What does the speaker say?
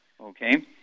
Okay